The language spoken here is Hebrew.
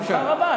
בשמחה רבה.